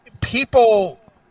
people